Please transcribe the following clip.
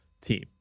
team